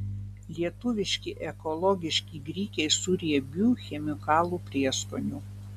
lietuviški ekologiški grikiai su riebiu chemikalų prieskoniu